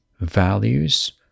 values